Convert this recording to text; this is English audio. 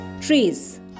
trees